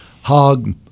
hog